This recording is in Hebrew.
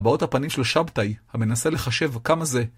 באות הפנים שלו שבתאי, המנסה לחשב כמה זה.